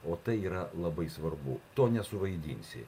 o tai yra labai svarbu to nesuvaidinsi